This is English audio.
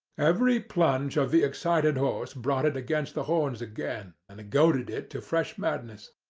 every plunge of the excited horse brought it against the horns again, and goaded it to fresh madness.